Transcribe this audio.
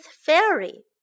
Fairy